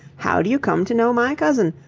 how do you come to know my cousin?